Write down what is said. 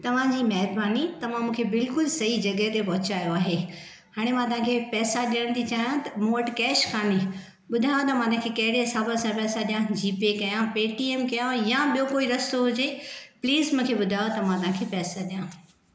तव्हां जी महिरबानी तव्हां मूंखे बिल्कुल सही जॻहि ते पहुचायो आहे हाणे मां तव्हां खे पैसा ॾियणु थी चाहियां त मूं वटि कैश कान्हे ॿुधायो न मां हिन खे कहिड़े हिसाब सां पैसा ॾियां जी पे कयां पेटीएम कयां या ॿियो कोई रस्तो हुजे प्लीज़ मूंखे ॿुधायो त मां तव्हां खे पैसा ॾियां